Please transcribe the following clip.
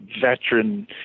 veteran